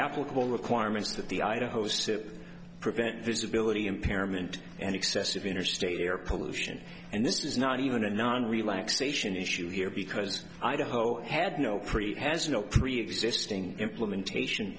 applicable requirements that the idaho's to prevent visibility impairment and excessive interstate air pollution and this is not even a non relaxation issue here because i the hoa had no pretty has no preexisting implementation